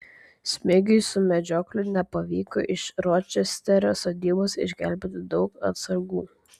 smigiui su medžiokliu nepavyko iš ročesterio sodybos išgelbėti daug atsargų